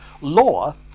Law